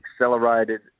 accelerated